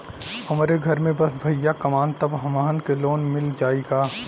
हमरे घर में बस भईया कमान तब हमहन के लोन मिल जाई का?